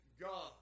God